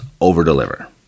over-deliver